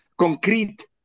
concrete